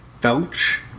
Felch